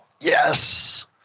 Yes